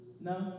No